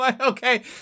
Okay